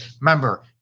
Remember